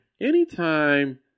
Anytime